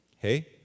Hey